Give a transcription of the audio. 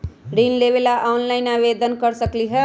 ऋण लेवे ला ऑनलाइन से आवेदन कर सकली?